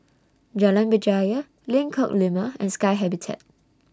Jalan Berjaya Lengkok Lima and Sky Habitat